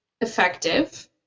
effective